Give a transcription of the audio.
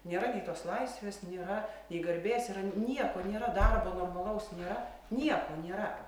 nėra nei tos laisvės nėra nei garbės yra nieko nėra darbo normalaus nėra nieko nėra